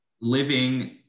living